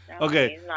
Okay